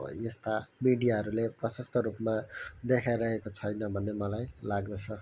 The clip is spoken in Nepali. यस्ता मिडियाहरूले प्रशस्त रूपमा देखाइरहेको छैन भन्ने मलाई लाग्दछ